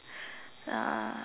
uh